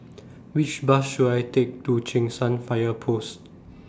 Which Bus should I Take to Cheng San Fire Post